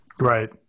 Right